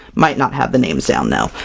might not have the names down, now.